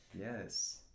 Yes